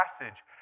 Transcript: passage